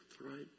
right